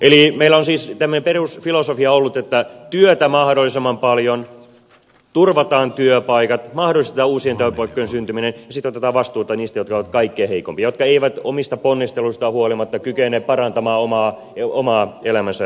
eli meillä on ollut tämmöinen perusfilosofia että työtä mahdollisimman paljon turvataan työpaikat mahdollistetaan uusien työpaikkojen syntyminen ja sitten otetaan vastuuta niistä jotka ovat kaikkein heikoimpia jotka eivät omista ponnisteluistaan huolimatta kykene parantamaan oman elämänsä laatua